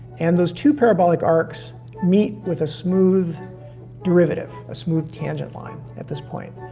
and those two parabolic arcs meet with a smooth derivative, a smooth tangent line, at this point.